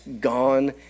gone